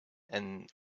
and